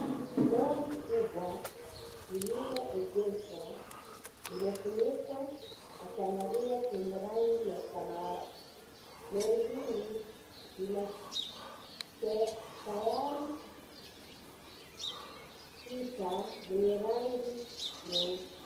Lori kubwa lililoegeshwa limefunikwa na chandarua chenye rangi ya samawati. Lori hili lina tairi sita zenye rangi nyeusi.